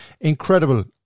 Incredible